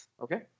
okay